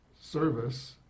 service